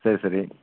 சரி சரி